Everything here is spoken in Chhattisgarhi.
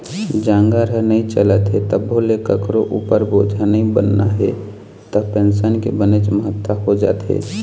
जांगर ह नइ चलत हे तभो ले कखरो उपर बोझा नइ बनना हे त पेंसन के बनेच महत्ता हो जाथे